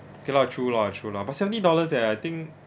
okay lah true lah true lah but seventy dollars leh I think